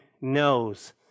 knows